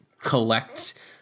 collect